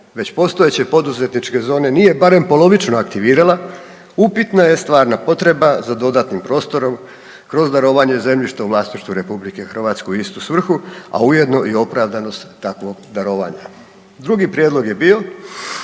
već postojeće poduzetničke zone nije barem polovično aktivirala, upitna je stvarna potreba za dodatnim prostorom kroz darovanje zemljišta u vlasništvu RH u istu svrhu, a ujedno i opravdanost takvog darovanja. Drugi prijedlog je bio